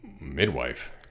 Midwife